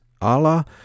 Allah